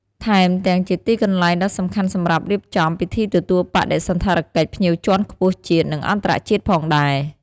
ថែមទាំងជាទីកន្លែងដ៏សំខាន់សម្រាប់រៀបចំ ពិធីទទួលបដិសណ្ឋារកិច្ចភ្ញៀវជាន់ខ្ពស់ជាតិ និងអន្តរជាតិផងដែរ។